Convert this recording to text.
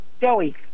Joey